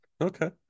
Okay